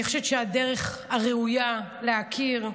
אני חושבת שהדרך הראויה להכיר,